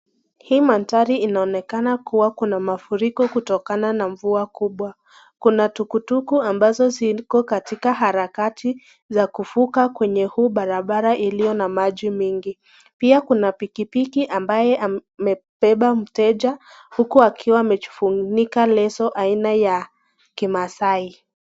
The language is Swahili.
Hii mandhari inaonekana kuwa Kuna mafuriko kutokana na mvua kubwa , Kuna tukutuku ambazo ziko kwa harakati za kufuka kwenye huu Barabara iliyo na machi mingi pia, Kuna pikipiki ambaye amebeba mteja huku akiwa amejifunika lezo aina ya kimaasai.